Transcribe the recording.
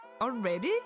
already